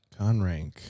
Conrank